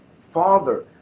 Father